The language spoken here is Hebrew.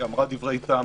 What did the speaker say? שאמרה דברי טעם,